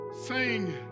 sing